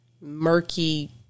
murky